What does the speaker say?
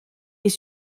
est